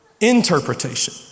interpretation